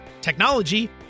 technology